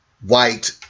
white